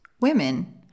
Women